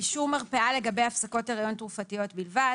"אישור מרפאה לגבי הפסקות הריון תרופתיות בלבד